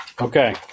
Okay